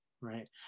right